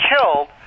killed